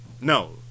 No